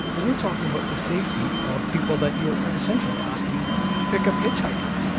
we're talking about the safety of people that you're essentially asking to pick up hitchhikers,